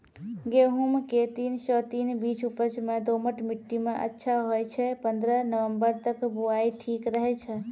गेहूँम के तीन सौ तीन बीज उपज मे दोमट मिट्टी मे अच्छा होय छै, पन्द्रह नवंबर तक बुआई ठीक रहै छै